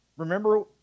Remember